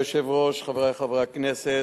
הרווחה והבריאות להכנתה לקריאה שנייה ושלישית.